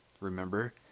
Remember